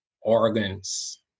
organs